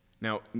now